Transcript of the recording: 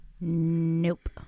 Nope